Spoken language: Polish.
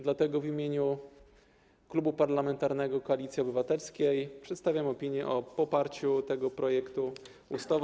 Dlatego w imieniu Klubu Parlamentarnego Koalicji Obywatelskiej przedstawiam opinię o poparciu tego projektu ustawy.